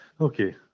Okay